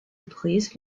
brise